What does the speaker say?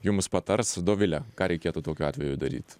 jums patars dovile ką reikėtų tokiu atveju daryt